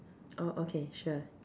oh okay sure